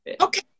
okay